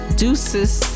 deuces